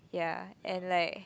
ya and like